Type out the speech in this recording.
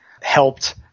helped